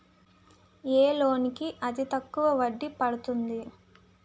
ఏ loan కి అతి తక్కువ వడ్డీ పడుతుంది?